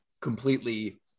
completely